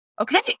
Okay